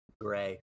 gray